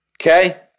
Okay